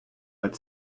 but